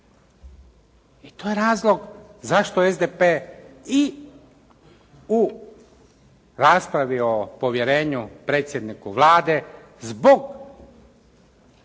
I to je razlog zašto SDP i u raspravi o povjerenju predsjedniku Vlade zbog